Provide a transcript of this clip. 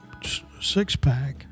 Sixpack